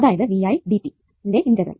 അതായത് ന്റെ ഇന്റഗ്രൽ